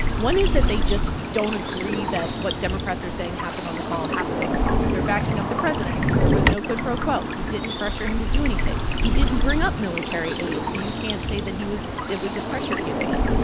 one is that they just don't agree that what democrats are saying happened on the call happened on the call. they're backing up the president. there was no quid pro quo. he didn't pressure him to do anything. he didn't bring up military aid, so you can't say that he was it was a pressure campaign.